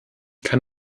kann